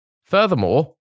Furthermore